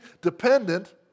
dependent